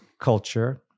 culture